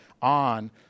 on